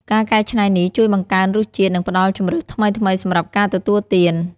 ការកែច្នៃនេះជួយបង្កើនរសជាតិ និងផ្តល់ជម្រើសថ្មីៗសម្រាប់ការទទួលទាន។